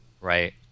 Right